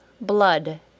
blood